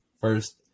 first